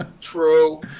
True